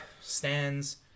stands